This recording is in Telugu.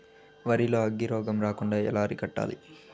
వరి లో అగ్గి రోగం రాకుండా ఎలా అరికట్టాలి?